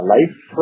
Life